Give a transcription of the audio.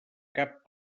cap